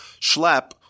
schlep